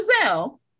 Giselle